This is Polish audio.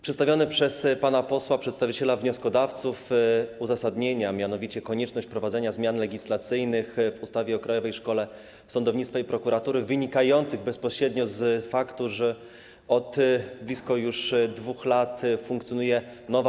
Przedstawione przez pana posła przedstawiciela wnioskodawców uzasadnienie to mianowicie konieczność wprowadzenia zmian legislacyjnych w ustawie o Krajowej Szkole Sądownictwa i Prokuratury wynikająca bezpośrednio z faktu, że już od blisko 2 lat funkcjonuje nowa